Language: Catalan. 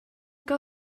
que